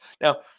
Now